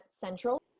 Central